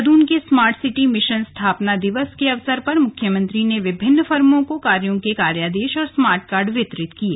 देहरादून में smart city mission स्थापना दिवस के अवसर पर मुख्यमंत्री ने विभिन्न फर्मों को विभिन्न कार्यों के कार्यादेश और स्मार्ट कार्ड वितरित किये